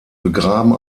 begraben